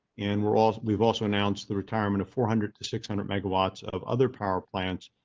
and we're all, we've also announced the retirement of four hundred to six hundred megawatts of other power plants.